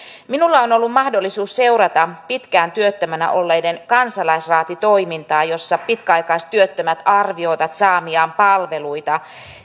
minulla on ollut mahdollisuus seurata pitkään työttömänä olleiden kansalaisraatitoimintaa jossa pitkäaikaistyöttömät arvioivat saamiaan palveluita